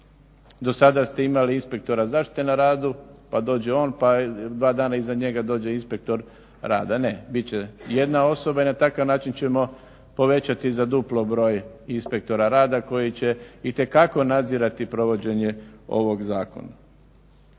Do sada ste imali inspektora zaštite na radu, pa dođe on, pa dva dana iza njega dođe inspektor rada. Ne, bit će jedna osoba i na takav način ćemo povećati broj inspektora rada koji će itekako nadzirati provođenje ovog zakona.